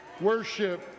Worship